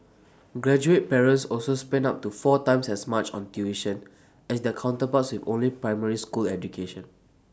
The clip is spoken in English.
graduate parents also spent up to four times as much on tuition as their counterparts with only primary school education